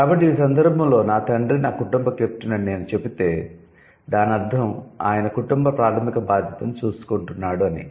కాబట్టి ఈ సందర్భంలో 'నా తండ్రి నా కుటుంబ కెప్టెన్' అని నేను చెబితే దానర్ధం ఆయన కుటుంబ ప్రాధమిక బాధ్యతను చూసుకుంటున్నాడు అని